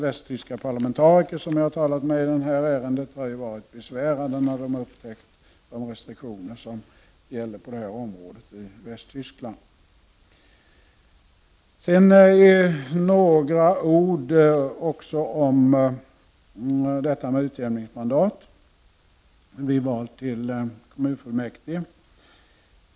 Västtyska parlamentariker som jag talat med i detta ärende var besvärade när de upptäckte vilka restriktioner som gäller på detta område i Västtyskland. Sedan några ord också om utjämningsmandat vid val till kommunalfullmäktige.